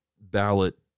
ballot